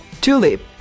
Tulip